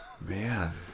Man